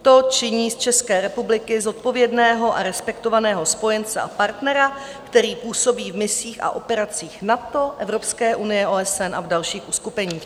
To činí z České republiky zodpovědného a respektovaného spojence a partnera, který působí v misích a operacích NATO, Evropské unie, OSN a v dalších uskupeních.